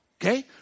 Okay